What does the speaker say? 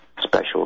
special